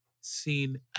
Seen